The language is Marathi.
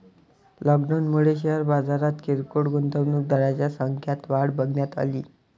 लॉकडाऊनमुळे शेअर बाजारात किरकोळ गुंतवणूकदारांच्या संख्यात वाढ बघण्यात अली